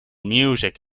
music